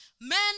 Men